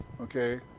Okay